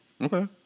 okay